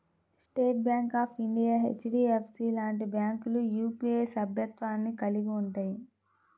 state Bank of India, HDFC లాంటి బ్యాంకులు UPI సభ్యత్వాన్ని కలిగి ఉంటయ్యి